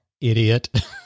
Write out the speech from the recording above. idiot